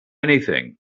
anything